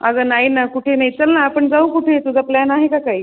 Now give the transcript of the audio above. अगं नाही ना कुठे नाही चल ना आपण जाऊ कुठे तुझा प्लॅन आहे का काही